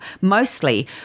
mostly